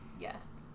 yes